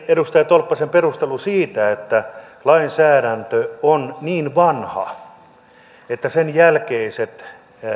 edustaja tolppasella oli perustelu siitä että lainsäädäntö on niin vanha että sen jälkeiset